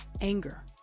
anger